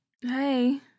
Hey